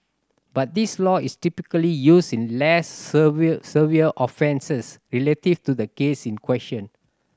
but this law is typically used in less severe severe offences relative to the case in question